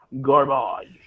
garbage